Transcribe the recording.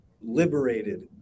liberated